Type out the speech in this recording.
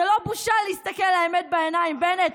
זה לא בושה להסתכל לאמת בעיניים, בנט.